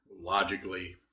logically